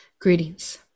Greetings